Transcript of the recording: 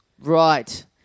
Right